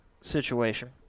situation